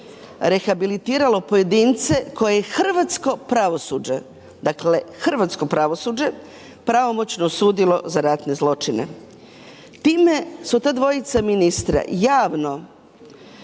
je hrvatsko pravosuđe, dakle hrvatsko pravosuđe, pravomoćno osudilo za ratne zločine. Time su ta dvojica ministra javno